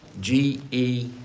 G-E